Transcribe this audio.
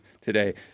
today